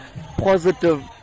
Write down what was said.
positive